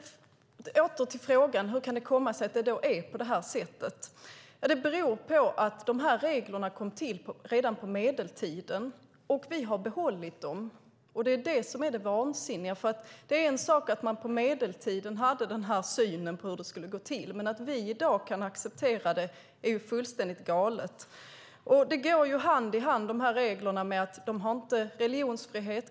Åter till frågan om hur det kan komma sig att det är på det här sättet: Det beror på att reglerna kom till redan på medeltiden. Vi har behållit dem, och det är det som är det vansinniga. Det är en sak att man på medeltiden hade den här synen på hur det skulle gå till, men att vi i dag kan acceptera det är fullständigt galet. Dessa regler går hand i hand med att kungafamiljen inte har religionsfrihet.